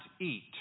eat